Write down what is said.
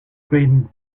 green